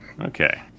Okay